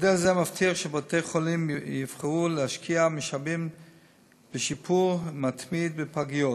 מודל זה מבטיח שבתי-החולים יבחרו להשקיע משאבים בשיפור מתמיד בפגיות.